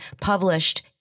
published